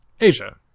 Asia